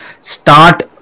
start